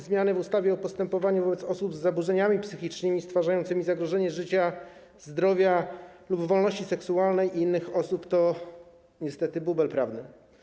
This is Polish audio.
Zmiany w ustawie o postępowaniu wobec osób za zaburzeniami psychicznymi stwarzającymi zagrożenie życia, zdrowia lub wolności seksualnej innych osób to niestety bubel prawny.